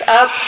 up